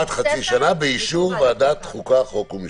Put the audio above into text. עד חצי שנה, באישור ועדת החוקה, חוק ומשפט.